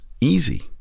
easy